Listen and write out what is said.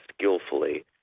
skillfully